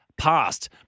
Past